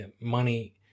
money